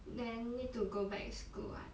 then need to go back school what